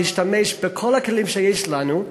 להשתמש בכל הכלים שיש לנו.